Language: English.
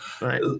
right